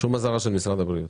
אזהרה של משרד הבריאות.